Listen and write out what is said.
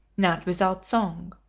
not without song.